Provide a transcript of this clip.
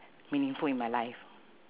meaningful in my life